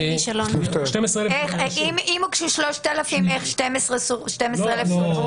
אם הוגשו 3,000 בקשות, איך אושרו 12 אלף?